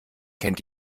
kennt